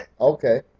Okay